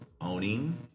owning